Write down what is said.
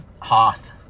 Hoth